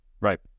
Right